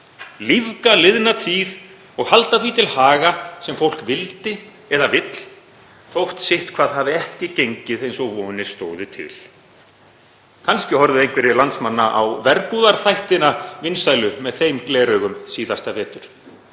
lífga liðna tíð og halda því til haga sem fólk vildi eða vill þótt sitthvað hafi ekki gengið eins og vonir stóðu til. Kannski horfðu einhverjir landsmanna á Verbúðarþættina vinsælu með þeim gleraugum síðasta vetur.